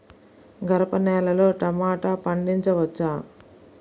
గరపనేలలో టమాటా పండించవచ్చా?